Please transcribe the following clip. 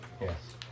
Yes